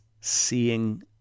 seeing